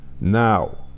now